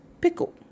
pickle